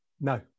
No